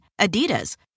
Adidas